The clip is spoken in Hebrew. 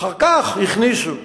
אחר כך הכניסו.